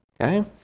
Okay